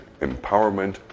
empowerment